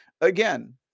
Again